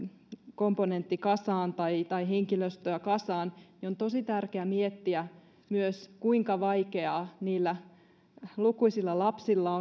komponentteja kasaan tai tai henkilöstöä kasaan niin on tosi tärkeää miettiä myös kuinka vaikeaa on niillä lukuisilla lapsilla